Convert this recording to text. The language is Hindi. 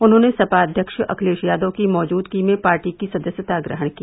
उन्होंने सपा अध्यक्ष अखिलेश यादव के मौजूदगी में पार्टी की सदस्यता ग्रहण की